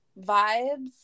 vibes